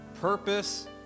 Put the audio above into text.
purpose